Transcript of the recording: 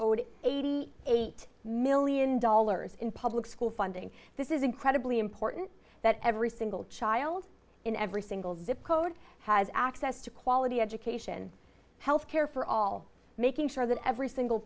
owed eighty eight million dollars in public school funding this is incredibly important that every single child in every single zip code has access to quality education healthcare for all making sure that every single